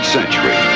century